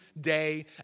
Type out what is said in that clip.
day